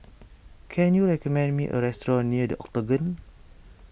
can you recommend me a restaurant near the Octagon